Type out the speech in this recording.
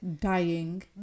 Dying